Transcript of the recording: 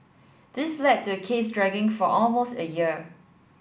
this led to the case dragging for almost a year